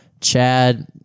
Chad